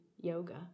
yoga